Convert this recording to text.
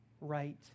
right